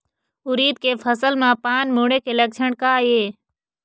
उरीद के फसल म पान मुड़े के लक्षण का ये?